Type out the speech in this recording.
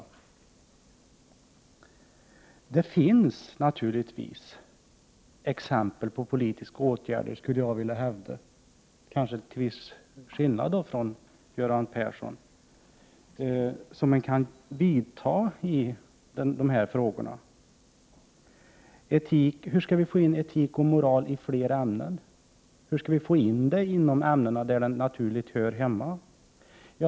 Det finns naturligtvis exempel på politiska åtgärder, skulle jag till skillnad från Göran Persson vilja hävda, som man kan vidta med anledning av dessa frågor. Hur skall vi få in etik och morali fler ämnen? Hur skall vi få in etik och moral i de ämnen där de på ett naturligt sätt hör hemma?